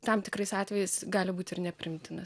tam tikrais atvejais gali būti ir nepriimtinas